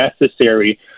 necessary